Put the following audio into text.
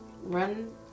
Run